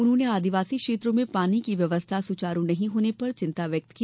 उन्होंने आदिवासी क्षेत्रों में पानी की व्यवस्था सुचारू नहीं होने पर चिंता व्यक्त की